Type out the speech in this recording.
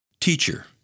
Teacher